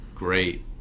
Great